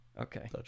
Okay